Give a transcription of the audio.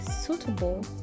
suitable